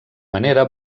manera